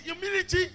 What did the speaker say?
humility